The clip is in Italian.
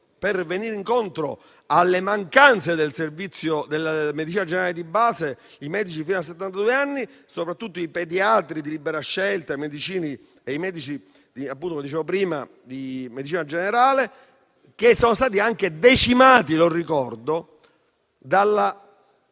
per venire incontro alle mancanze del servizio della medicina generale di base, i medici fino a settantadue anni, soprattutto i pediatri di libera scelta e i medici di medicina generale, che sono stati anche decimati dal